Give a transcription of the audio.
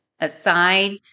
Aside